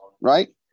Right